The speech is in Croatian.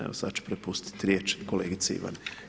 Evo sada ću prepustiti riječ kolegici Ivani.